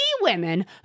women